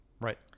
right